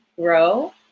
grow